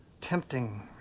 tempting